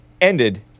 ended